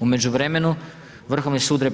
U međuvremenu Vrhovni sud RH